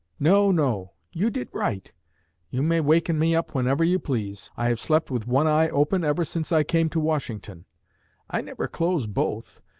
no, no! you did right you may waken me up whenever you please. i have slept with one eye open ever since i came to washington i never close both,